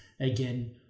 again